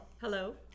Hello